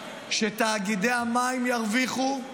שתאגידי המים ירוויחו,